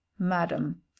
madam